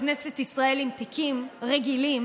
לכנסת ישראל עם תיקים רגילים,